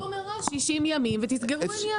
אז תכתבו מראש 60 יום ותסגרו עניין.